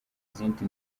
izindi